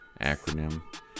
acronym